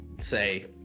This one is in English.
say